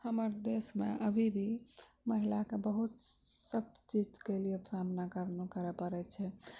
हमर देशमे अभी भी महिलाके बहुत सब चीज के लिये सामना करय पड़ै छै